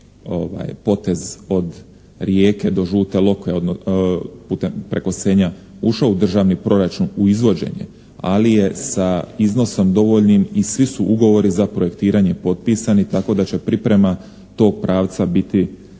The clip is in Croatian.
potez od Rijeke do Žute Lokve putem preko Senja ušao u državni proračun u izvođenje ali je sa iznosom dovoljnim i svi su ugovori za projektiranje potpisani tako da će priprema tog pravca biti